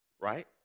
Right